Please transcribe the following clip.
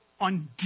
on